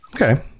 Okay